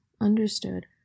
understood